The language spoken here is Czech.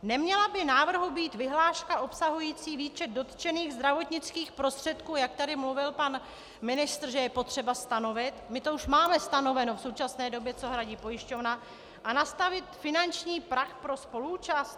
Neměla by náhodou být vyhláška obsahující výčet dotčených zdravotnických prostředků, jak tady mluvil pan ministr, že je potřeba stanovit my to už máme stanoveno v současné době, co hradí pojišťovna a nastavit finanční práh pro spoluúčast?